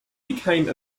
became